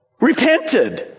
repented